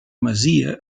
masia